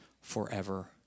forever